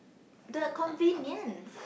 the convenience